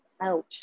out